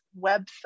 website